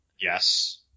Yes